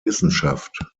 wissenschaft